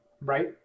right